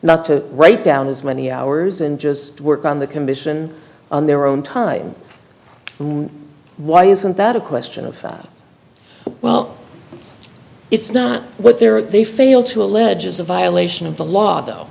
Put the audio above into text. not to write down as many hours and just work on the commission on their own time why isn't that a question of well it's not what they're or they fail to allege is a violation of the law though